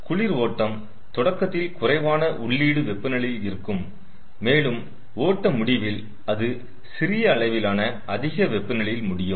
குளிர் ஓட்டம் தொடக்கத்தில் குறைவான உள்ளீடு வெப்பநிலையில் இருக்கும் மேலும் ஓட்ட முடிவில் அது சிறிய அளவிலான அதிக வெப்பநிலையில் முடியும்